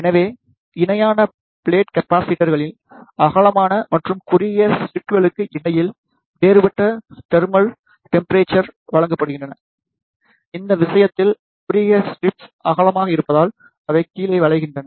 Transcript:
எனவே இணையான ப்ளெட் கெப்பாஸிட்டர்களில் அகலமான மற்றும் குறுகிய ஸ்ட்ரெப்ஸ்களுக்கு இடையில் வேறுபட்ட தெர்மல் டெம்பெரச்சர்கள் வழங்கப்படுகின்றன இந்த விஷயத்தில் குறுகிய ஸ்ட்ரெப்ஸ் அகலமாக இருப்பதால் அவை கீழே வளைகின்றன